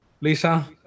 Lisa